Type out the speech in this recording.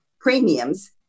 premiums